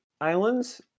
islands